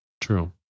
True